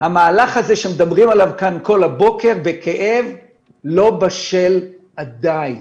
המהלך הזה שמדברים עליו כל הבוקר בכאב לא בשל עדיין.